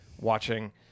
watching